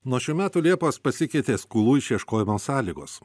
nuo šių metų liepos pasikeitė skolų išieškojimo sąlygos